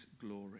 glory